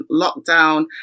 lockdown